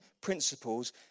principles